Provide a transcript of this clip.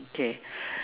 okay